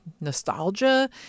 nostalgia